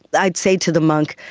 i'd say to the monk,